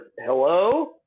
hello